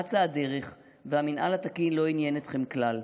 אצה הדרך והמינהל התקין לא עניין אתכם כלל.